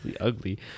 ugly